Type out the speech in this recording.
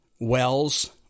wells